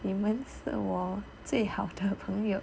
你们是我最好的朋友